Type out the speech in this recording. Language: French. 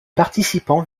participants